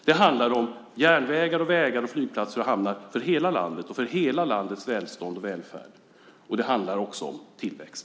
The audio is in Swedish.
Det handlar om järnvägar, vägar, flygplatser och hamnar för hela landet och om hela landets välstånd och välfärd, och det handlar också om tillväxt.